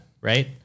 right